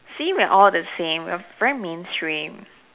see we're all the same we're very mainstream